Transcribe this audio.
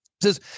says